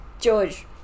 George